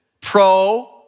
pro